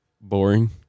boring